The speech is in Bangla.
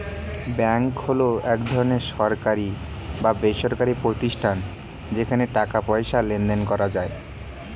ব্যাঙ্ক হলো এক ধরনের সরকারি বা বেসরকারি প্রতিষ্ঠান যেখানে টাকা পয়সার লেনদেন করা যায়